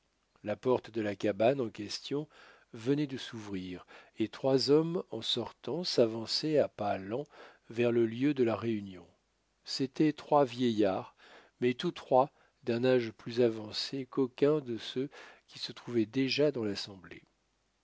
la porte de la cabane en question venait de s'ouvrir et trois hommes en sortant s'avançaient à pas lents vers le lieu de la réunion c'étaient trois vieillards mais tous trois d'un âge plus avancé qu'aucun de ceux qui se trouvaient déjà dans l'assemblée